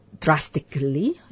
drastically